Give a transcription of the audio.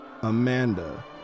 Amanda